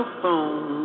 phone